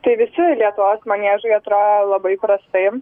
tai visi lietuvos maniežai atrodo labai prastai